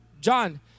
John